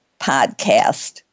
podcast